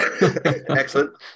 Excellent